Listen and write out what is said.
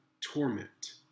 torment